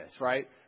right